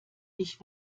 ich